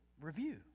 review